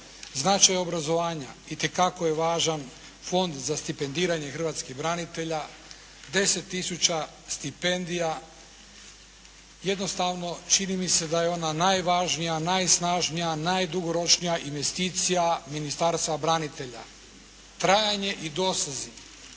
Značaj obrazovanja itekako je važan Fond za stipendiranje hrvatskih branitelja. 10 tisuća stipendija jednostavno čini mi se da je ona najvažnija, najsnažnija, najdugoročnija investicija Ministarstva branitelja. Trajanje i dosezi,